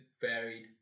varied